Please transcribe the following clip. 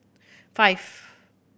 five